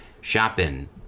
shopping